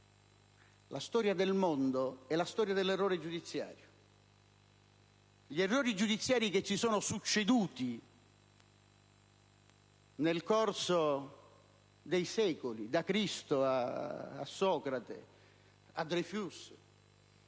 La storia del mondo è la storia dell'errore giudiziario. Gli errori giudiziari si sono succeduti nel corso dei secoli: da Cristo a Socrate a Dreyfus.